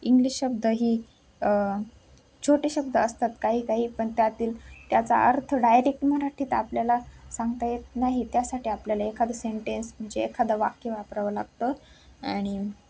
English शब्दही छोटे शब्द असतात काही काही पण त्यातील त्याचा अर्थ डायरेक्ट मराठीत आपल्याला सांगता येत नाही त्यासाठी आपल्याला एखादं सेंटेन्स म्हणजे एखादं वाक्य वापरावं लागतं आणि